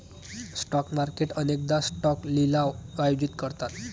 stock market अनेकदा stock लिलाव आयोजित करतात